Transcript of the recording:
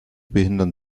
behindern